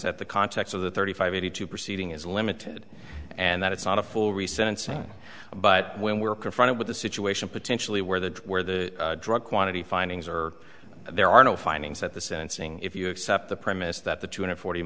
that the context of the thirty five eighty two proceeding is limited and that it's not a full recent but when we're confronted with a situation potentially where the where the drug quantity findings are there are no findings at the sentencing if you accept the premise that the two hundred fort